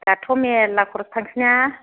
दाथ' मेरला खरस थांसै ना